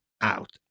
out